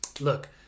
look